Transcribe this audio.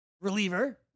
reliever